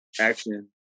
action